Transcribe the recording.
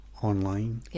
Online